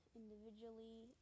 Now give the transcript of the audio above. individually